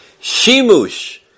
Shimush